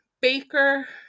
baker